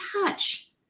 touch